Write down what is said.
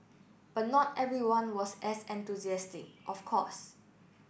but not everyone was as enthusiastic of course